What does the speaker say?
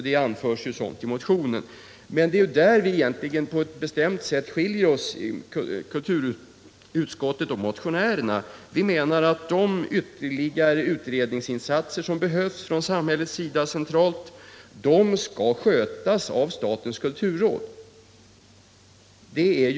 Där skiljer sig kulturutskottet från motionärerna på ett bestämt sätt. Utskottet menar att de ytterligare utredningsinsatser som behövs centralt från samhällets sida skall skötas av statens kulturråd och andra organ.